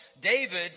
David